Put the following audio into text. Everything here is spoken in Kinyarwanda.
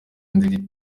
inzira